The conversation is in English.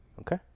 Okay